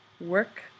work